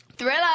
Thriller